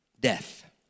death